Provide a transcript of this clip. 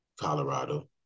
Colorado